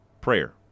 prayer